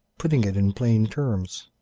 putting it in plain terms.